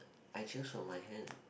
I choose from my hand